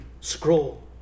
scroll